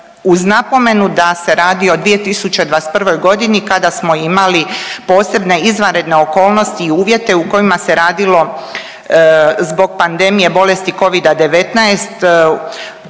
uz napomenu da se radi o 2021. g. kada smo imali posebne izvanredne okolnosti i uvjete u kojima se radilo zbog pandemije bolesti Covida-19,